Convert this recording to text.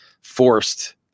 forced